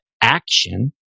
action